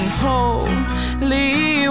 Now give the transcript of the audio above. holy